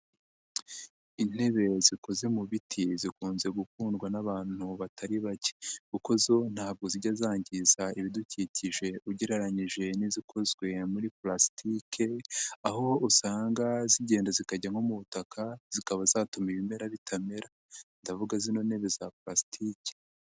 Intebe zikoze mu biti zikunze gukundwa n'abantu batari bake kuko zo ntabwo zijya zangiza ibidukikije ugereranyije n'izikozwe muri pulasitike, aho usanga zigenda zikajya nko mu butaka zikaba zatuma ibimera bitamera ndavuga zino ntebe za pulasitike.